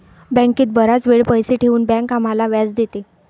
बँकेत बराच वेळ पैसे ठेवून बँक आम्हाला व्याज देते